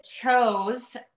chose